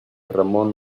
ramón